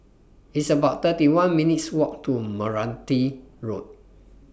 It's about thirty one minutes' Walk to Meranti Road